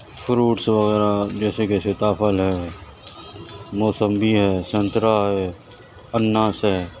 fruits وغیرہ جیسے سیتا پھل ہے موسمی ہے سنترہ ہے انار ہے